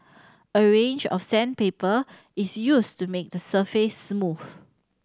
a range of sandpaper is used to make the surface smooth